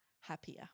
happier